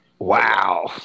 Wow